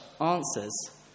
answers